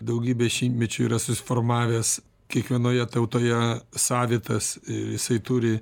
daugybę šimtmečių yra susiformavęs kiekvienoje tautoje savitas jisai turi